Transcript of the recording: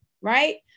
right